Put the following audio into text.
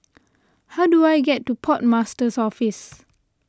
how do I get to Port Master's Office